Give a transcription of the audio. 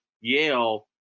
Yale